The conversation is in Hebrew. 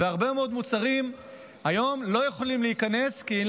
והרבה מאוד מוצרים היום לא יכולים להיכנס כי לא